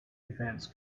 events